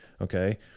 Okay